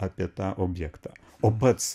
apie tą objektą o pats